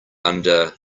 under